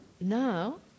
now